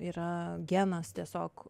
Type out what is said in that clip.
yra genas tiesiog